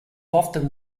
often